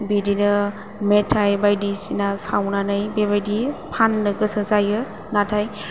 बिदिनो मेथाय बायदिसिना सावनानै बेबायदि फाननो गोसो जायो नाथाय